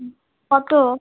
হুম কত